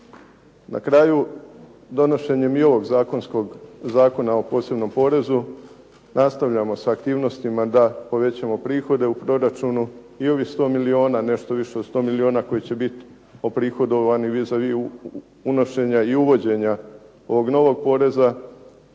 Na kraju donošenjem i ovog Zakona o posebnom porezu nastavljamo sa aktivnostima da povećamo prihode u proračunu i ovih 100 milijuna, nešto više od 100 milijuna koji će bit oprihodovani vis-a-vis unošenja i uvođenja ovog novog poreza